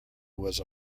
was